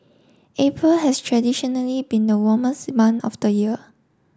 April has traditionally been the warmest month of the year